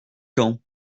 camp